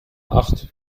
acht